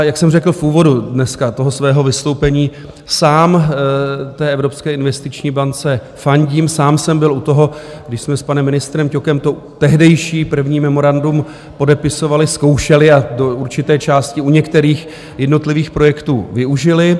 Jak jsem dneska řekl v úvodu svého vystoupení, sám Evropské investiční bance fandím, sám jsem byl u toho, když jsme s panem ministrem Ťokem to tehdejší první memorandum podepisovali, zkoušeli a do určité části u některých jednotlivých projektů využili.